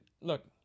look